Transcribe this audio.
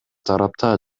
тарапта